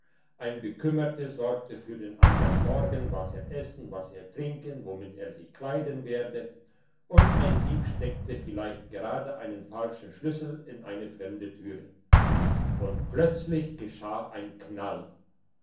ein bekümmerter sorgte für den andern morgen was er essen was er trinken womit er sich kleiden werde und ein dieb steckte vielleicht gerade einen falschen schlüssel in eine fremde türe und plötzlich geschah ein knall